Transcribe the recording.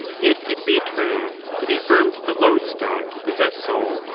if it be true that he affirmed the loadstone to possess soul,